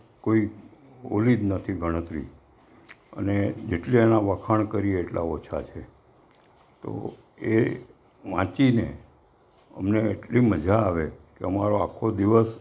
કોઈ ઓલી જ નથી ગણતરી અને જેટલા એના વખાણ કરીએ એટલા ઓછા છે તો એ વાંચીને અમને એટલી મજા આવે કે અમારો આખો દિવસ